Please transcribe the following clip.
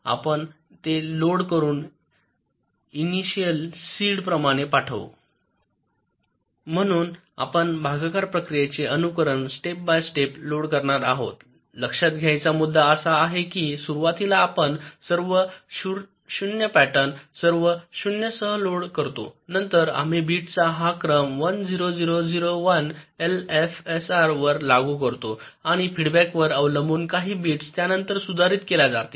तर आपण ते लोड करून इनिशिअल सीड प्रमाणे पाठवू म्हणून आपण भागाकार प्रक्रियेचे अनुकरण स्टेप बाय स्टेप लोड करणार आहोत लक्षात घेण्याचा मुद्दा असा आहे की सुरुवातीला आपण सर्व 0 पॅटर्न सर्व 0 सह लोड करतो नंतर आम्ही बिट्सचा हा क्रम 10001 एलएफएसआर वर लागू करतो आणि फीडबॅकवर अवलंबून काही बिट्स त्यानुसार सुधारित केल्या जातील